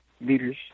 leaders